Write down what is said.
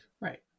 Right